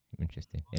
interesting